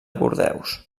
bordeus